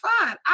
fine